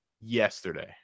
yesterday